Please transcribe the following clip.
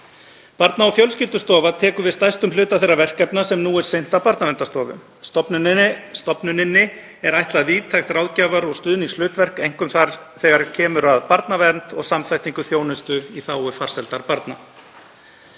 Barna- og fjölskyldustofa tekur við stærstum hluta þeirra verkefna sem nú er sinnt af Barnaverndarstofu. Stofnuninni er ætlað víðtækt ráðgjafar- og stuðningshlutverk, einkum þegar kemur að barnavernd og samþættingu þjónustu í þágu farsældar barna.